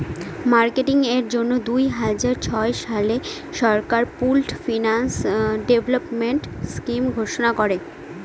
marketing এর জন্য দুই হাজার ছয় সালে সরকার পুল্ড ফিন্যান্স ডেভেলপমেন্ট স্কিম ঘোষণা করে